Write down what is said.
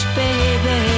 baby